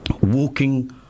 walking